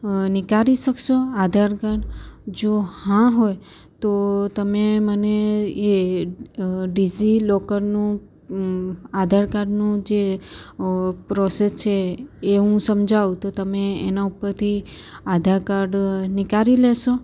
અ નીકાળી શકશો આધાર કાર્ડ જો હા હોય તો તમે મને એ ડીજીલોકરનું આધાર કાર્ડનું જે પ્રોસેસ છે એ હું સમજાવું તો તમે એના ઉપરથી આધાર કાર્ડ નીકાળી લેશો